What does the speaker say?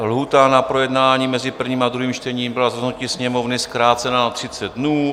Lhůta na projednání mezi prvním a druhým čtením byla z rozhodnutí Sněmovny zkrácena na 30 dnů.